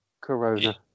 corona